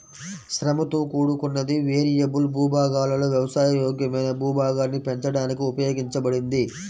శ్రమతో కూడుకున్నది, వేరియబుల్ భూభాగాలలో వ్యవసాయ యోగ్యమైన భూభాగాన్ని పెంచడానికి ఉపయోగించబడింది